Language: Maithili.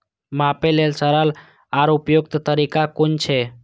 मापे लेल सरल आर उपयुक्त तरीका कुन छै?